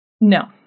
No